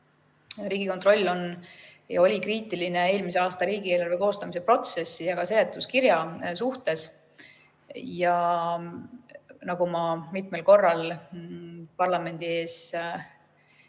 Riigikontroll oli kriitiline eelmise aasta riigieelarve koostamise protsessi ja seletuskirja suhtes. Nagu ma mitmel korral parlamendi ees ka